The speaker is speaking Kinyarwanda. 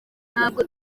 ntabwo